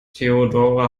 theodora